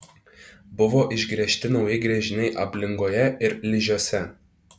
buvo išgręžti nauji gręžiniai ablingoje ir ližiuose